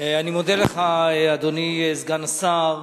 אני מודה לך, אדוני סגן השר.